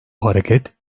hareket